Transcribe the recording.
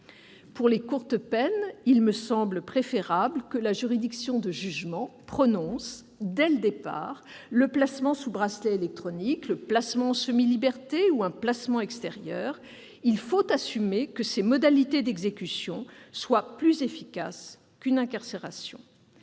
Pour les courtes peines, il me semble préférable que la juridiction de jugement prononce dès le départ le placement sous bracelet électronique, le placement en semi-liberté ou un placement extérieur. Il faut assumer que ces modalités d'exécution sont plus efficaces qu'une incarcération.